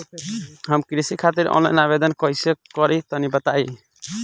हम कृषि खातिर आनलाइन आवेदन कइसे करि तनि बताई?